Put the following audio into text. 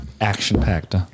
action-packed